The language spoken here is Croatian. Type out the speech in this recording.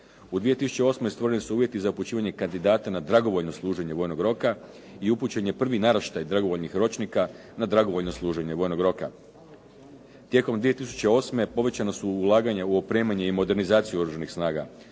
U 2008. stvoreni su uvjeti za upućivanje kandidata na dragovoljno služenje vojnog roka i upućen je prvi naraštaj dragovoljnih ročnika na dragovoljno služenje vojnog roka. Tijekom 2008. povećana su ulaganja u opremanje i modernizaciju Oružanih snaga,